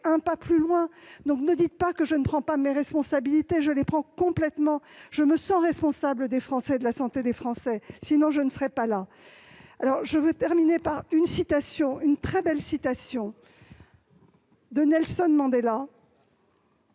un peu plus loin ! Ne dites pas que je ne prends pas mes responsabilités. Je les prends complètement. Je me sens responsable de la santé des Français. Sinon, je ne serais pas là. Je veux terminer par une très belle citation de Nelson Mandela,